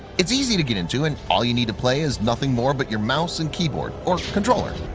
it's easy to get into, and all you need to play is nothing more but your mouse and keyboard or controller.